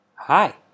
Hi